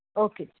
okay